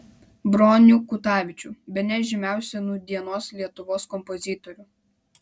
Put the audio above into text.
bronių kutavičių bene žymiausią nūdienos lietuvos kompozitorių